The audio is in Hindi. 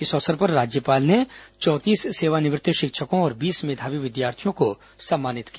इस अवसर पर राज्यपाल ने चौंतीस सेवानिवृत्त शिक्षकों और बीस मेधावी विद्यार्थियों को सम्मानित किया